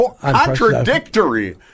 contradictory